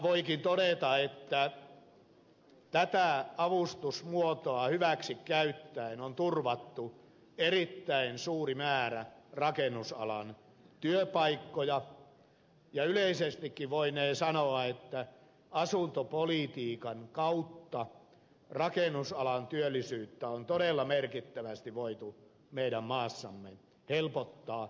voikin todeta että tätä avustusmuotoa hyväksi käyttäen on turvattu erittäin suuri määrä rakennusalan työpaikkoja ja yleisestikin voinee sanoa että asuntopolitiikan kautta rakennusalan työllisyyttä on todella merkittävästi voitu meidän maassamme helpottaa